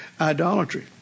idolatry